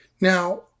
Now